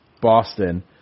Boston